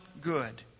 good